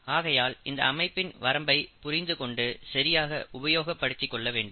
ஆகையால் இந்த அமைப்பின் வரம்பை புரிந்து கொண்டு சரியாக உபயோகப்படுத்திக் கொள்ள வேண்டும்